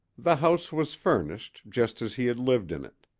the house was furnished, just as he had lived in it.